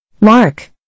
Mark